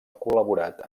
col·laborat